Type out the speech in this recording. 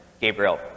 Gabriel